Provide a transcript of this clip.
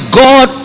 god